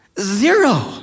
Zero